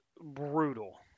brutal